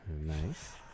Nice